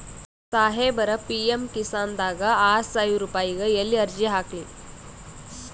ಸಾಹೇಬರ, ಪಿ.ಎಮ್ ಕಿಸಾನ್ ದಾಗ ಆರಸಾವಿರ ರುಪಾಯಿಗ ಎಲ್ಲಿ ಅರ್ಜಿ ಹಾಕ್ಲಿ?